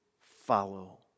follow